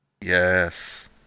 Yes